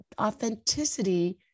authenticity